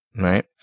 right